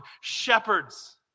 shepherds